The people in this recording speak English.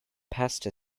pasta